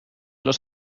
los